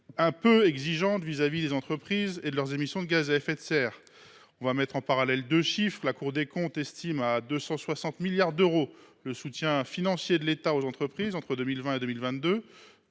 un peu exigeante à l’endroit des entreprises et de leurs émissions de gaz à effet de serre. Mettons en parallèle deux chiffres. D’un côté, la Cour des comptes estime à 260 milliards d’euros le soutien financier de l’État aux entreprises entre 2020 et 2022,